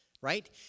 right